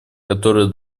которые